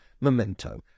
Memento